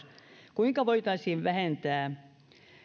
kuinka voitaisiin vähentää